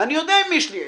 אני יודע עם מי יש לי עסק.